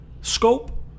scope